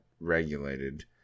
regulated